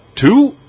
Two